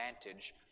advantage